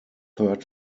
third